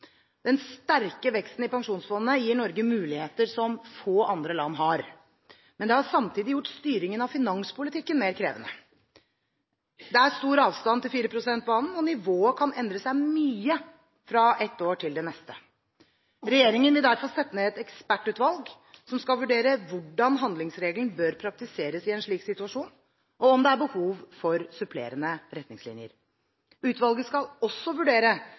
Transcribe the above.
Den sterke veksten i pensjonsfondet gir Norge muligheter som få andre land har, men det har samtidig gjort styringen av finanspolitikken mer krevende. Det er stor avstand til 4 pst.-banen, og nivået kan endre seg mye fra ett år til det neste. Regjeringen vil derfor sette ned et ekspertutvalg som skal vurdere hvordan handlingsregelen bør praktiseres i en slik situasjon, og om det er behov for supplerende retningslinjer. Utvalget skal også vurdere